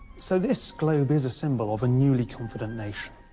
so this globe is a symbol of a newly confident nation.